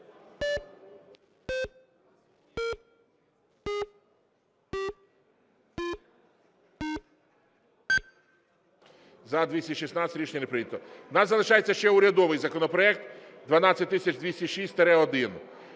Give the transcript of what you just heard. За-216 Рішення не прийнято. У нас залишається ще урядовий законопроект 12206-1.